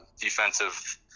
defensive